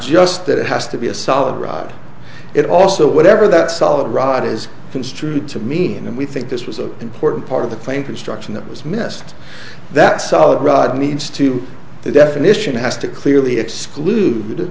just that it has to be a solid rod it also whatever that solid rod is construed to mean and we think this was an important part of the claim construction that was missed that solid rod needs to the definition has to clearly exclude